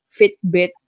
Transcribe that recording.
Fitbit